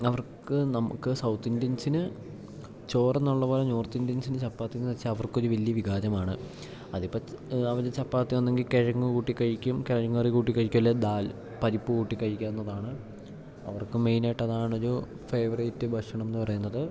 അവർക്ക് നമുക്ക് സൗത്തിന്ത്യൻസിന് ചോറെന്ന് ഉള്ളത് പോലെ നോർത്ത് ഇന്ത്യൻസിന് ചപ്പാത്തി എന്ന് വെച്ചാൽ അവർക്കൊരു വലിയ വികാരമാണ് അതിപ്പം അവര് ചപ്പാത്തി ഒന്നെങ്കിൽ കിഴങ്ങ് കൂട്ടി കഴിക്കും കിഴങ്ങ് കറി കൂട്ടി കഴിക്കും അല്ലേൽ ദാൽ പരിപ്പ് കൂട്ടി കഴിക്കാവുന്നതാണ് അവർക്ക് മെയിൻ ആയിട്ട് അതാണൊരു ഫേവറേറ്റ് ഭക്ഷണം എന്ന് പറയുന്നത്